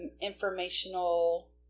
informational